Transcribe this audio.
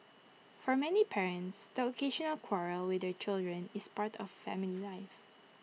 for many parents the occasional quarrel with their children is part of family life